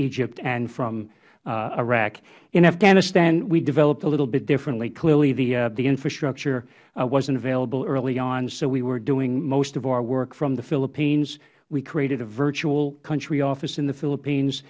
egypt and from iraq in afghanistan we developed a little bit differently clearly the infrastructure wasnt available early on so we were doing most of our work from the philippines we created a virtual country office in the philippines